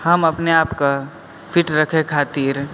हम अपने आपकऽ फिट रखै खातिर